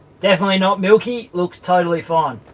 definitely not milky looks totally fine.